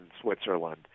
Switzerland